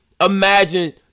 Imagine